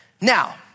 Now